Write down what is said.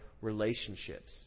relationships